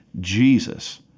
Jesus